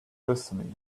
destiny